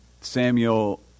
Samuel